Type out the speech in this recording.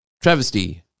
travesty